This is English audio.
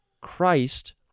Christ